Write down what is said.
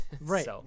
Right